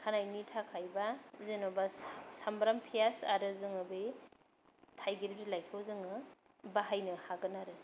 खानायनि थाखायबा जेन'बा सा सामब्राम फियास आरो जोंङो बियो थायगेर बिलायखौजोङो बाहायनो हागोन आरो